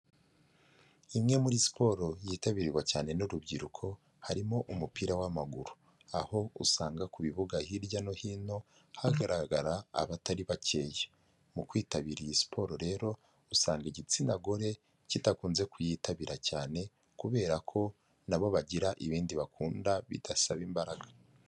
Imwe muri siporo yitabirwa cyane n'urubyiruko, harimo umupira w'amaguru, aho usanga ku bibuga hirya no hino hagaragara abatari bakeya mu kwitabira iyi siporo rero usanga igitsina gore kidakunze kuyitabira cyane kubera ko n'abo bagira ibindi bakunda bidasaba imbaraga.